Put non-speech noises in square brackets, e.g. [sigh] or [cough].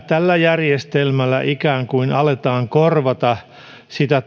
tällä järjestelmällä ikään kuin aletaan korvata sitä [unintelligible]